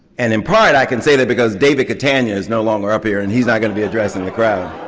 and in part i can say that because david catania's no longer up here and he's not going to be addressing the crowd.